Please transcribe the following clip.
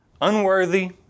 unworthy